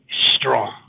strong